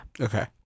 Okay